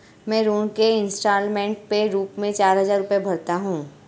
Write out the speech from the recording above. मैं ऋण के इन्स्टालमेंट के रूप में चार हजार रुपए भरता हूँ